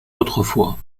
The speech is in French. autrefois